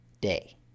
day